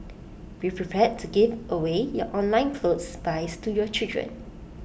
be prepared to give away your online clothes buys to your children